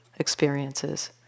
experiences